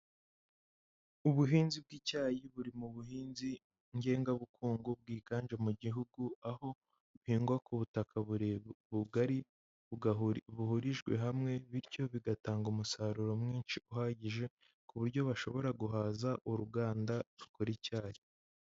Ubuhinzi bw'icyayi buri mu buhinzi ngengabukungu bwiganje mu gihugu aho buhingwa ku butaka burebure, bugari buhurijwe hamwe bityo bigatanga umusaruro mwinshi uhagije ku buryo bashobora guhaza uruganda rukora icyayi.